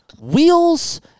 wheels